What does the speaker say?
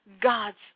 God's